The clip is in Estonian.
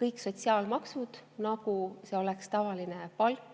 kõik sotsiaalmaksud, nagu see oleks tavaline palk,